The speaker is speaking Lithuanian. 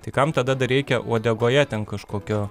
tai kam tada dar reikia uodegoje ten kažkokio